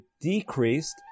decreased